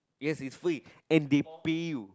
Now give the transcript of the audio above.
yes is free and they pay you